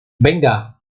venga